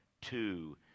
two